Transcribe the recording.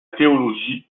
théologie